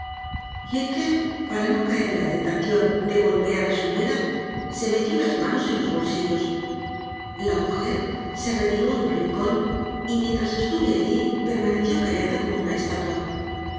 para no caer en la tentación de golpear a su nuera se metió las manos en los bolsillos la mujer se retiró a un rincón y mientras estuve allí permaneció callada como una estatua